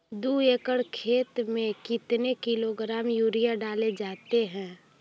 दू एकड़ खेत में कितने किलोग्राम यूरिया डाले जाते हैं?